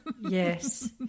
Yes